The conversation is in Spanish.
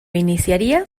iniciaría